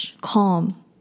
calm